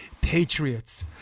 Patriots